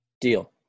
Deal